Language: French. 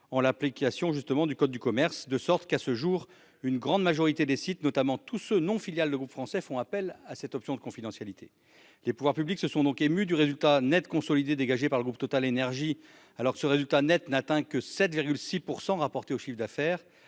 en application du même code, de sorte qu'à ce jour, une grande majorité des sites, notamment tous ceux qui ne sont pas détenus par des filiales de groupes français, font appel à cette option de confidentialité. Les pouvoirs publics se sont émus du résultat net consolidé dégagé par le groupe TotalEnergies, alors que ce résultat net n'a atteint que 7,6 % rapporté au chiffre d'affaires.